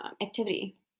activity